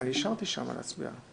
אני אישרתי שם להצביע.